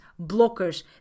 blockers